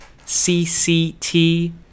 CCT